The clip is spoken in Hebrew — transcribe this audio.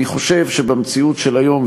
אני חושב שבמציאות של היום,